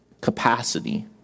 capacity